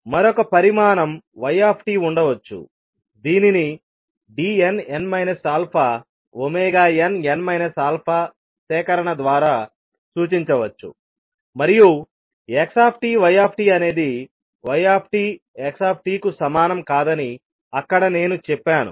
మరొక పరిమాణం y ఉండవచ్చు దీనిని Dnn α nn α సేకరణ ద్వారా సూచించవచ్చు మరియు x y అనేది y x కు సమానం కాదని అక్కడ నేను చెప్పాను